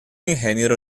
ingeniero